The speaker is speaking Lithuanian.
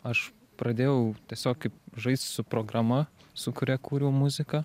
aš pradėjau tiesiog žaist su programa su kuria kūriau muziką